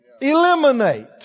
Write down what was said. eliminate